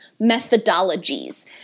methodologies